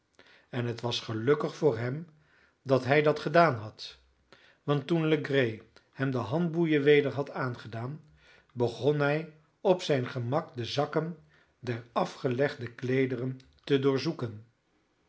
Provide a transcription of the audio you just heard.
en het was gelukkig voor hem dat hij dat gedaan had want toen legree hem de handboeien weder had aangedaan begon hij op zijn gemak de zakken der afgelegde kleederen te